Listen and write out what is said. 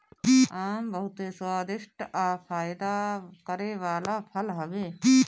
आम बहुते स्वादिष्ठ आ फायदा करे वाला फल हवे